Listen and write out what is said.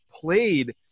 played